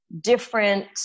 different